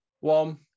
one